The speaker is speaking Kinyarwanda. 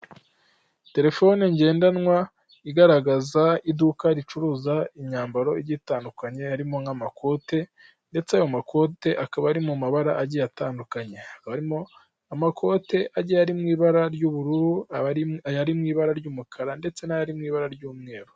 Telefone ngendanwa igaragaza iduka ricuruza imyambaro igitandukanye, harimo nk'amakote ndetse ayo makote akaba ari mu mabara agiye atandukanye, amakote agiye ari mu ibara ry'ubururu, ari mu ibara ry'umukara, ndetse n'ari mu ibara ry'umweru.